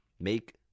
make